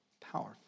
powerful